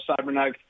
CyberKnife